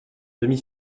demi